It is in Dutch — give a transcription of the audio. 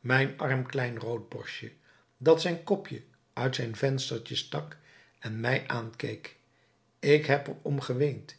mijn arm klein roodborstje dat zijn kopje uit zijn venstertje stak en mij aankeek ik heb er om geweend